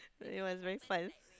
it was very fun